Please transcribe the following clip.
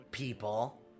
People